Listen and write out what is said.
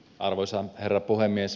arvoisa herra puhemies